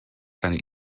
keine